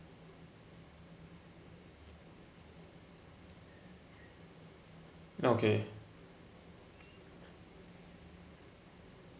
okay